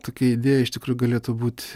tokia idėja iš tikrųjų galėtų būti